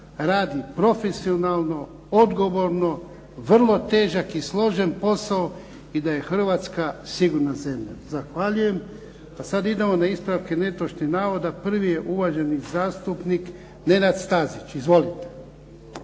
radi profesionalno, odgovorno, vrlo težak i složen posao i da je Hrvatska sigurna zemlja. Zahvaljujem. A sad idemo na ispravke netočnih navoda. Prvi je uvaženi zastupnik Nenad Stazić. Izvolite.